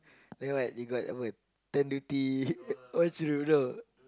then like they got apa tent duty what should you know